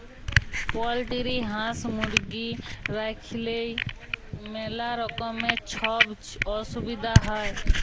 poultry হাঁস, মুরগি রাইখলেই ম্যালা রকমের ছব অসুবিধা হ্যয়